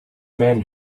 men